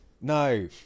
No